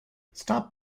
stop